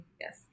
yes